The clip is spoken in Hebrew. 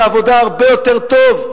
את העבודה הרבה יותר טוב.